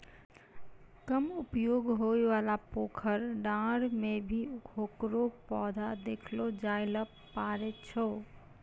कम उपयोग होयवाला पोखर, डांड़ में भी हेकरो पौधा देखलो जाय ल पारै छो